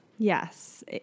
Yes